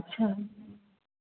अछा